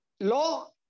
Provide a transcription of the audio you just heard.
law